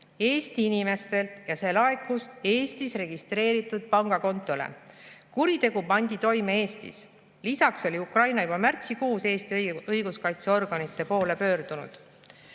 Eesti inimestelt ja see laekus Eestis registreeritud pangakontole. Kuritegu pandi toime Eestis. Lisaks oli Ukraina juba märtsikuus Eesti õiguskaitseorganite poole pöördunud. Kui